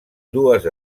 dues